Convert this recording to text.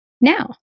now